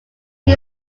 his